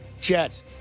Jets